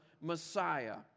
Messiah